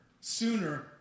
sooner